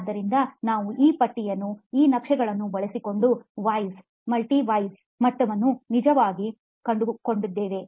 ಆದ್ದರಿಂದ ನಾವು ಈ ಪಟ್ಟಿಗಳನ್ನು ಈ ನಕ್ಷೆಗಳನ್ನು ಬಳಸಿಕೊಂಡು Whys Multi Why ಮಟ್ಟವನ್ನು ನಿಮಗಾಗಿ ಕಂಡುಹಿಡಿಯುತ್ತೇವೆ